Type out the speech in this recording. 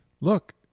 look –